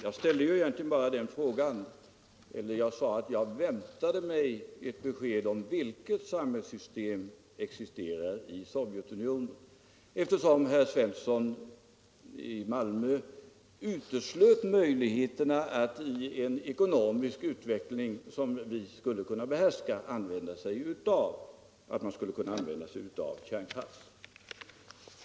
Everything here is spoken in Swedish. Herr talman! Jag sade att jag väntade mig ett besked om vilket samhällssystem som existerar i Sovjetunionen, eftersom herr Svensson i Malmö uteslöt möjligheterna av att i en ekonomisk utveckling, som man skulle kunna behärska, använda sig av kärnkraft.